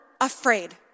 afraid